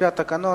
לפי התקנון,